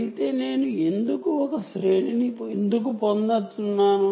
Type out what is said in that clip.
అయితే నేను ఎందుకు రేంజ్ ని పొందుతున్నాను